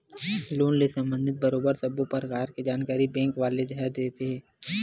loan ले संबंधित बरोबर सब्बो परकार के जानकारी बेंक वाले ह देथे